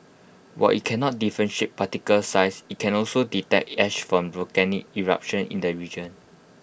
while IT cannot differentiate particle size IT can also detect ash from volcanic eruptions in the region